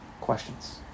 Questions